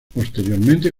posteriormente